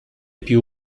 più